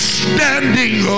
standing